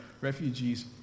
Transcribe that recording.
refugees